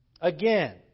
Again